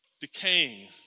decaying